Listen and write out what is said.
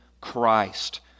Christ